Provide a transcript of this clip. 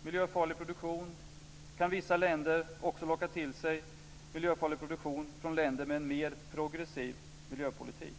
och miljöfarlig produktion kan visa länder också locka till sig miljöfarlig produktion från länder med en mer progressiv miljöpolitik.